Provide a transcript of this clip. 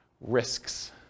Risks